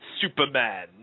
Superman